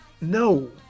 no